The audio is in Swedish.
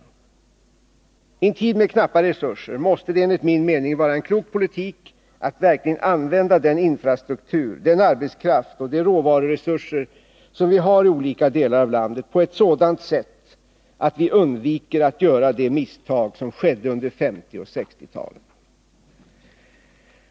I en tid med knappa resurser måste det enligt min mening vara en klok politik att verkligen använda den infrastruktur, den arbetskraft och de råvaruresurser som vi har i olika delar av landet på ett sådant sätt att vi undviker att göra samma misstag som under 1950 och 1960-talen.